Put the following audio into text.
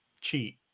cheat